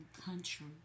country